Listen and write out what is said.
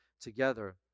together